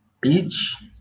beach